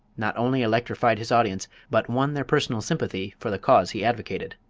not only electrified his audience but won their personal sympathy for the cause he advocated.